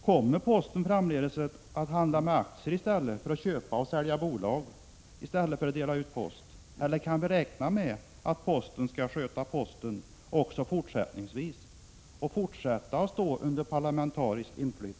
Kommer postverket framdeles att handla med aktier för att köpa och sälja bolag i stället för att dela ut post, eller kan vi räkna med att postverket skall sköta posten också fortsättningsvis och fortfara att stå under parlamentariskt